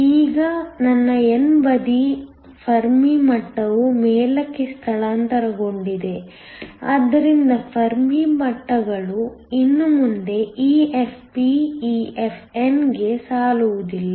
ಈಗ ನನ್ನ n ಬದಿಯ ಫರ್ಮಿ ಮಟ್ಟವು ಮೇಲಕ್ಕೆ ಸ್ಥಳಾಂತರಗೊಂಡಿದೆ ಆದ್ದರಿಂದ ಫರ್ಮಿ ಮಟ್ಟಗಳು ಇನ್ನು ಮುಂದೆ EFp EFn ಗೆ ಸಾಲುವುದಿಲ್ಲ